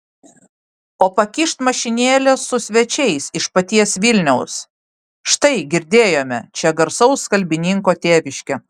o pakyšt mašinėlė su svečiais iš paties vilniaus štai girdėjome čia garsaus kalbininko tėviškė